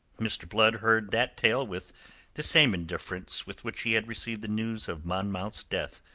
mr. blood heard that tale with the same indifference with which he had received the news of monmouth's death.